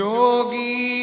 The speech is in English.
Jogi